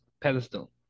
pedestal